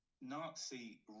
Nazi